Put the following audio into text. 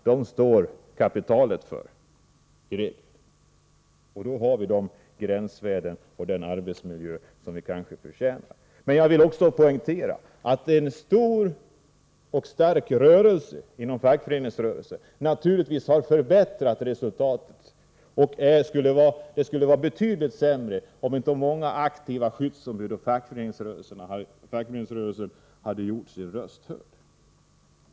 Därför har vi de gränsvärden och den arbetsmiljö vi kanske förtjänar. Jag vill emellertid också poängtera att en stor och stark opinion inom fackföreningsrörelsen naturligtvis har förbättrat situationen. Det skulle vara betydligt sämre om inte många aktiva skyddsombud och fackföreningar hade gjort sina röster hörda.